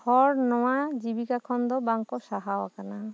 ᱦᱚᱲ ᱱᱚᱣᱟ ᱡᱤᱵᱤᱠᱟ ᱠᱷᱚᱱ ᱫᱚ ᱵᱟᱝᱠᱚ ᱥᱟᱦᱟᱣ ᱠᱟᱱᱟ